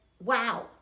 wow